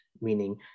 meaning